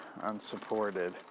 unsupported